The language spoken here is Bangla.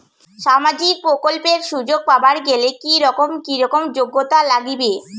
সামাজিক প্রকল্পের সুযোগ পাবার গেলে কি রকম কি রকম যোগ্যতা লাগিবে?